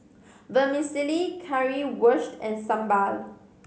Vermicelli Currywurst and Sambar